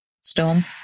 Storm